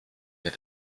der